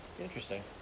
Interesting